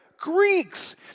Greeks